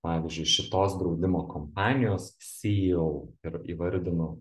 pavyzdžiui šitos draudimo kompanijos seo ir įvardinu